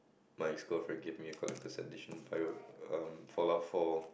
my ex girlfriend gave me a collector's edition um four out four